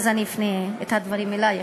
אז אולי אני אפנה את הדברים אלייך,